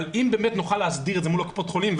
אבל אם נוכל להסדיר את זה מול קופות החולים,